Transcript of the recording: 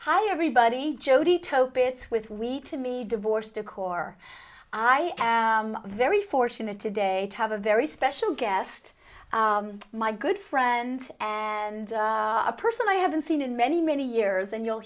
hi everybody jody tope bits with wheat to me divorce dcor i am very fortunate today to have a very special guest my good friend and a person i haven't seen in many many years and you'll